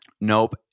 Nope